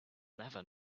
never